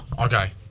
Okay